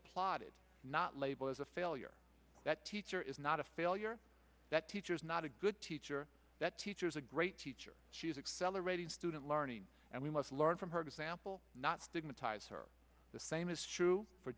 applauded not labeled as a failure that teacher is not a failure that teacher is not a good teacher that teachers a great teacher she is accelerating student learning and we must learn from her example not stigmatize her the same is true for